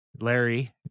Larry